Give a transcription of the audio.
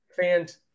fans